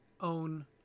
own